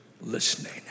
listening